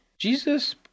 Jesus